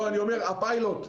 הפיילוט.